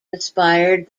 inspired